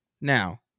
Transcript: Now